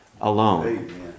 alone